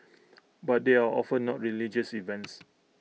but they are often not religious events